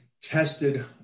tested